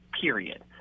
period